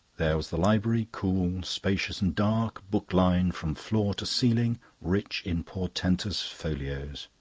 there was the library, cool, spacious, and dark, book-lined from floor to ceiling, rich in portentous folios.